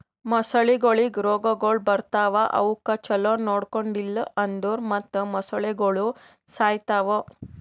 ಮೊಸಳೆಗೊಳಿಗ್ ರೋಗಗೊಳ್ ಬರ್ತಾವ್ ಅವುಕ್ ಛಲೋ ನೊಡ್ಕೊಂಡಿಲ್ ಅಂದುರ್ ಮತ್ತ್ ಮೊಸಳೆಗೋಳು ಸಾಯಿತಾವ್